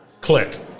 click